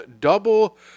double